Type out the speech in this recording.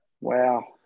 wow